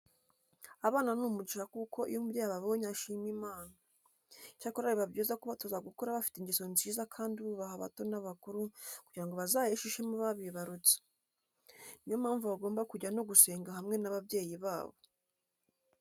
Abana ni umugisha kuko iyo umubyeyi ababonye ashima Imana. Icyakora biba byiza kubatoza gukura bafite ingeso nziza kandi bubaha abato n'abakuru kugira ngo bazaheshe ishema ababibarutse. Niyo mpamvu bagomba kujya no gusenga hamwe n'ababyeyi babo.